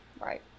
Right